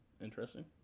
Interesting